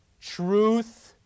Truth